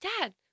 Dad